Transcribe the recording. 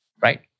right